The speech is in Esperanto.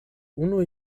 unu